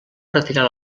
retirar